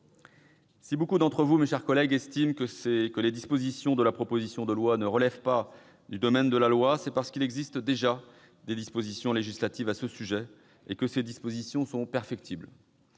Si beaucoup d'entre vous, mes chers collègues, estiment que les dispositions de cette proposition de loi ne relèvent pas du domaine de la loi, c'est parce qu'il existe déjà des dispositions législatives à ce sujet, et que ces dispositions sont perfectibles.